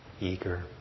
eager